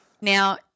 Now